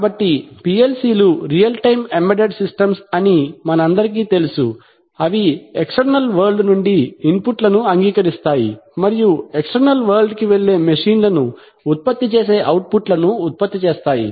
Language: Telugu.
కాబట్టి పిఎల్సిలు రియల్ టైమ్ ఎంబెడెడ్ సిస్టమ్స్ అని మనందరికీ తెలుసు అవి ఎక్ష్టెర్నల్ వరల్డ్ నుండి ఇన్పుట్ లను అంగీకరిస్తాయి మరియు ఎక్ష్టెర్నల్ వరల్డ్ కి వెళ్ళే మెషిన్లను ఉత్పత్తి చేసే ఔట్పుట్ లను ఉత్పత్తి చేస్తాయి